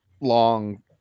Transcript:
long